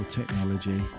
technology